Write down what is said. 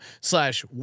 slash